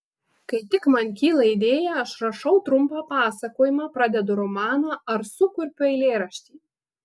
kai tik man kyla idėja aš rašau trumpą pasakojimą pradedu romaną ar sukurpiu eilėraštį